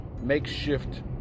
makeshift